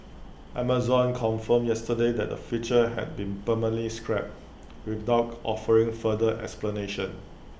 Amazon confirmed yesterday that the feature had been permanently scrapped without offering further explanation